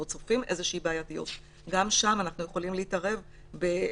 או צופים איזושהי בעייתיות גם שם אנחנו יכולים להתערב במידע